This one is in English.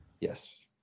Yes